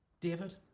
David